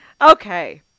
Okay